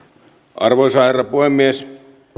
arvoisa herra puhemies